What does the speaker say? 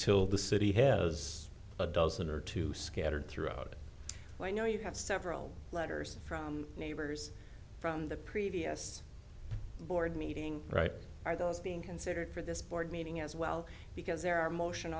until the city has a dozen or two scattered throughout it and i know you have several letters from neighbors from the previous board meeting right are those being considered for this board meeting as well because there are motion